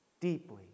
deeply